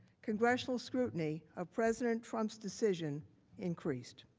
congressional scrutiny of president trump's decision increased.